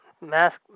mask